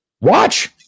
Watch